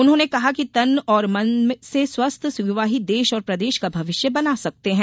उन्होंने कहा कि तन और मन से स्वस्थ युवा ही देश और प्रदेश का भविष्य बना सकते हैं